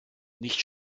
nicht